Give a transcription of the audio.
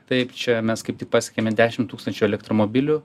taip čia mes kaip tik pasiekėme dešimt tūkstančių elektromobilių